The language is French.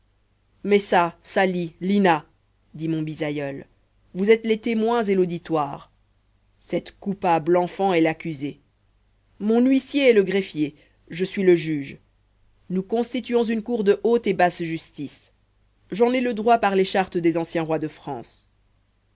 messa sali lina dit mon bisaïeul vous êtes les témoins et l'auditoire cette coupable enfant est l'accusée mon huissier est le greffier je suis le juge nous constituons une cour de haute et basse justice j'en ai le droit par les chartes des anciens rois de france